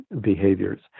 behaviors